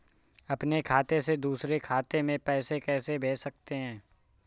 अपने खाते से दूसरे खाते में पैसे कैसे भेज सकते हैं?